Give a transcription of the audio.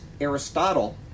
Aristotle